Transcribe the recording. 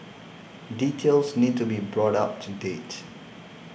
details need to be brought up to date